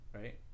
right